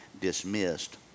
dismissed